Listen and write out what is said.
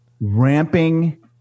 ramping